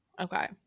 Okay